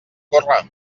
corre